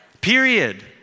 period